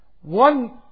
One